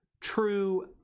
true